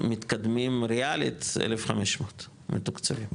מתקדמים ריאלית, 1,500 מתוקצבים.